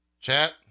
chat